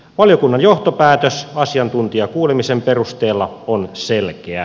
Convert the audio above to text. valiokunnan johtopäätös asiantuntijakuulemisen perusteella on selkeä